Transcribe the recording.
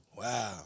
Wow